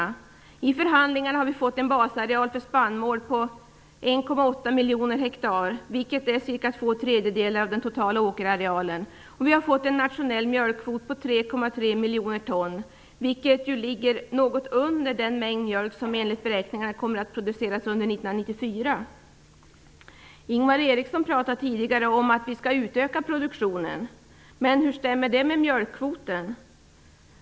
Vi har genom förhandlingar fått en basareal för spannmål om 1,8 miljoner hektar, vilket är cirka två tredjedelar av den totala åkerarealen. Vi har dessutom fått en nationell mjölkkvot om 3,3 miljoner ton, vilket ligger något under den mängd mjölk som enligt beräkningarna kommer att produceras under 1994. Ingvar Eriksson menade tidigare att vi skall utöka produktionen, men hur stämmer det med mjölkkvoten?